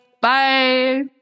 Bye